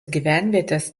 gyvenvietės